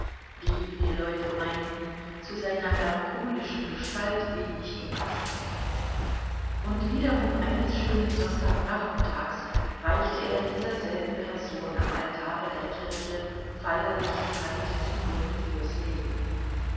die wie die leute meinten zu seiner herkulischen gestalt wenig gepaßt hatte und wiederum eines schönen sonntag nachmittags reichte er dieser selben person am altare der kirche feierlich die hand zum bunde fürs leben